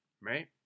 Right